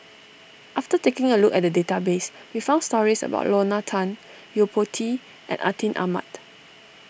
after taking a look at the database we found stories about Lorna Tan Yo Po Tee and Atin Amat